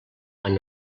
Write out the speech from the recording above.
han